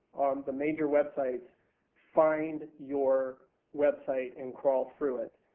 the major websites find your website and crawl through it.